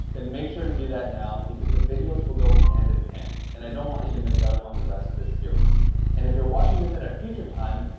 then make sure to do that now because the videos will go hand-in-hand and i don't want you to miss out on the rest of this series. and if you're watching this at a future time,